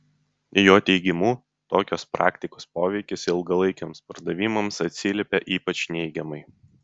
jo teigimu tokios praktikos poveikis ilgalaikiams pardavimams atsiliepia ypač neigiamai